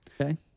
Okay